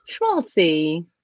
Schmaltzy